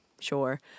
sure